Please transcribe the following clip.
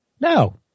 No